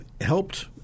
helped –